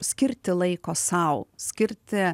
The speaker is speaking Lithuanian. skirti laiko sau skirti